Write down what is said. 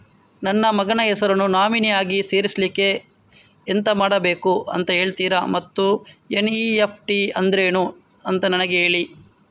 ನನ್ನ ಮಗನ ಹೆಸರನ್ನು ನಾಮಿನಿ ಆಗಿ ಸೇರಿಸ್ಲಿಕ್ಕೆ ಎಂತ ಮಾಡಬೇಕು ಅಂತ ಹೇಳ್ತೀರಾ ಮತ್ತು ಎನ್.ಇ.ಎಫ್.ಟಿ ಅಂದ್ರೇನು ಅಂತ ನನಗೆ ಹೇಳಿ